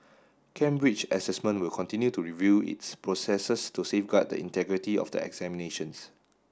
Cambridge Assessment will continue to review its processes to safeguard the integrity of the examinations